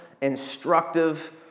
instructive